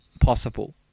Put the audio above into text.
possible